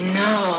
no